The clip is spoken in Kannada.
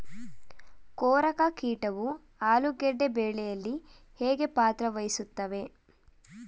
ಕೊರಕ ಕೀಟವು ಆಲೂಗೆಡ್ಡೆ ಬೆಳೆಯಲ್ಲಿ ಹೇಗೆ ಪಾತ್ರ ವಹಿಸುತ್ತವೆ?